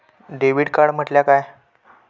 Debit card म्हटल्या काय?